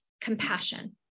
compassion